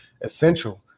essential